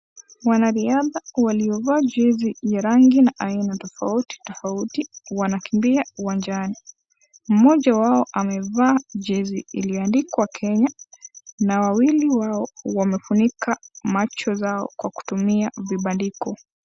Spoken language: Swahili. Wanariadha waliovaa jezi ya rangi na aina tofauti tofauti wanakimbia uwanjani mmoja wao amevaa jezi iliyo andikwa Kenya na wawili wao wamefunika macho zao kwa kutumia vibandiko.